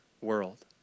world